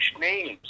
names